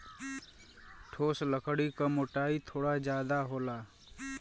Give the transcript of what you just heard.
ठोस लकड़ी क मोटाई थोड़ा जादा होला